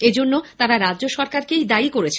এজন্য তারা রাজ্য সরকারকেই দায়ী করেছে